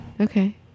Okay